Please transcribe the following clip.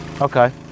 Okay